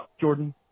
jordan